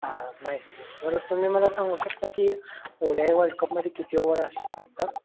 हा nice nice बरं तुम्ही मला सांगू शकता की ओ डी आय वर्ल्डकपमध्ये किती ओवर अस असतात